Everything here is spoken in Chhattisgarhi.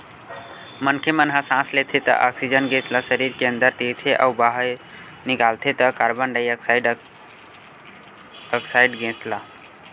मनखे मन ह सांस लेथे त ऑक्सीजन गेस ल सरीर के अंदर तीरथे अउ बाहिर निकालथे त कारबन डाईऑक्साइड ऑक्साइड गेस ल